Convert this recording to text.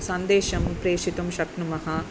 सन्देशं प्रेषितुं शक्नुमः